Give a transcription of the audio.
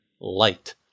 light